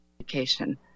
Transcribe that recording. education